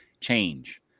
change